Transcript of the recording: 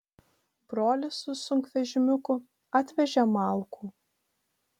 brolis su sunkvežimiuku atvežė malkų